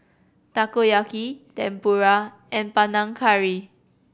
Takoyaki Tempura and Panang Curry